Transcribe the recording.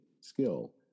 skill